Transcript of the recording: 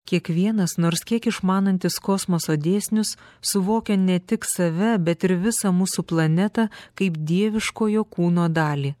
kiekvienas nors kiek išmanantis kosmoso dėsnius suvokia ne tik save bet ir visą mūsų planetą kaip dieviškojo kūno dalį